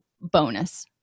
bonus